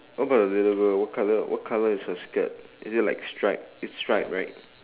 what about the little girl what colour what colour is her skirt is it like stripe is stripe right